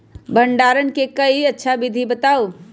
भंडारण के कोई अच्छा विधि बताउ?